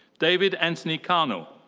david anthony cano.